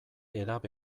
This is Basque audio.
edabe